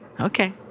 okay